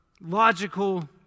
logical